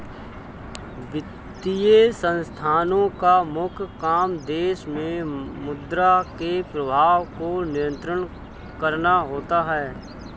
वित्तीय संस्थानोँ का मुख्य काम देश मे मुद्रा के प्रवाह को नियंत्रित करना होता है